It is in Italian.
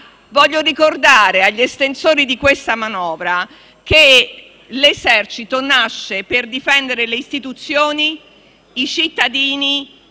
Voglio ricordare agli estensori della manovra che l'esercito nasce per difendere le Istituzioni, i cittadini,